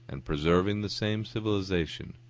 and preserving the same civilization,